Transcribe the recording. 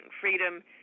Freedom